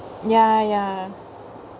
ya ya